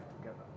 together